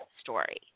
Story